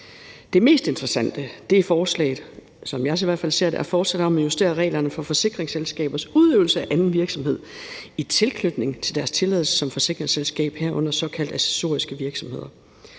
Det mest interessante – som jeg i hvert fald ser det – er forslaget om at justere reglerne for forsikringsselskabers udøvelse af anden virksomhed i tilknytning til deres tilladelse som forsikringsselskab, herunder såkaldte accessoriske virksomheder.